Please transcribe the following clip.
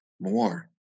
more